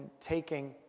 taking